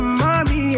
mommy